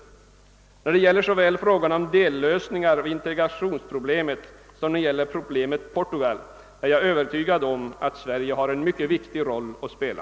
Såväl när det gäller frågan om snara dellösningar av integrationsproblemen som när det gäller frågan om Portugal är jag övertygad om att Sverige har en mycket viktig roll att spela.